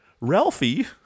Ralphie